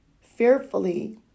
fearfully